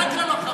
רק ללוחמים.